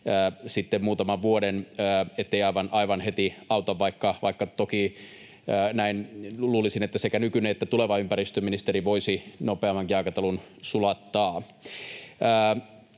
muutaman vuoden, niin ettei aivan heti auta, vaikka toki näin luulisin, että sekä nykyinen että tuleva ympäristöministeri voisi nopeammankin aikataulun sulattaa.